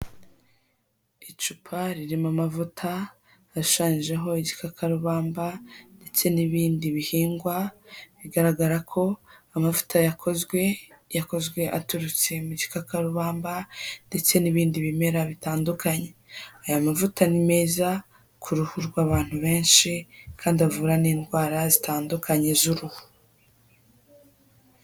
Icupa ririmo amavuta ashushanyijeho igikakarubamba ndetse n'ibindi bihingwa, bigaragara ko amavuta yakozwe, yakozwe aturutse mu gikakarubamba, ndetse n'ibindi bimera bitandukanye. Aya mavuta ni meza ku ruhu rw'abantu benshi, kandi avura n'indwara zitandukanye z'uruhu.